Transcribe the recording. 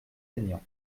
aignan